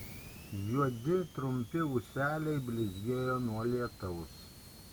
juodi trumpi ūseliai blizgėjo nuo lietaus